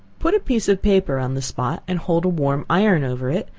put a piece of paper on the spot, and hold a warm iron over it,